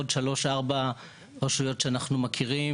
יש עוד 3 או 4 רשויות שאנחנו מכירים,